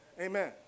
Amen